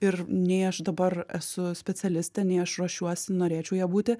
ir nei aš dabar esu specialistė nei aš ruošiuosi norėčiau ja būti